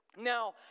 Now